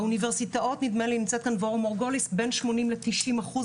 באוניברסיטאות בין שמונים לתשעים אחוז,